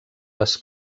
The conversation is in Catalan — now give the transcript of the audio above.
les